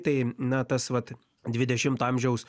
tai na tas vat dvidešimto amžiaus